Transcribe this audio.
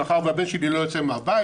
מאחר שהבן שלי לא יוצא מהבית,